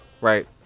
right